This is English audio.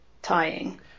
tying